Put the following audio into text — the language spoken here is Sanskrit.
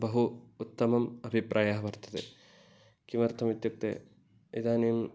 बहु उत्तमः अभिप्रायः वर्तते किमर्थमित्युक्ते इदानीम्